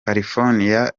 california